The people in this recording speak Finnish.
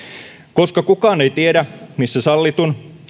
koska kukaan ei tiedä missä sallitun